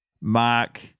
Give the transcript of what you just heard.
Mark